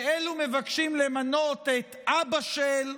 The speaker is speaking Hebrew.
ואלו מבקשים למנות את אבא-של,